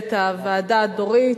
למנהלת הוועדה דורית,